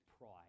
pride